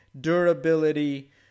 durability